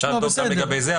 אפשר לבדוק גם לגבי זה.